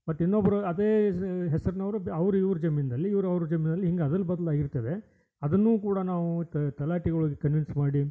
but ಇನ್ನೊಬ್ಬರು ಅದೇ ಹೆಸ ಹೆಸ್ರಿನವ್ರು ಅವ್ರು ಇವ್ರ ಜಮೀನಲ್ಲಿ ಇವ್ರು ಅವ್ರ ಜಮೀನಲ್ಲಿ ಹೀಗೆ ಅದಲು ಬದಲು ಆಗಿರ್ತದೆ ಅದನ್ನು ಕೂಡ ನಾವು ತಲಾಟಿ ಒಳಗೆ ಕನ್ವೀನ್ಸ್ ಮಾಡಿ